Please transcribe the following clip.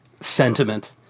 sentiment